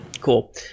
Cool